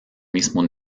mismo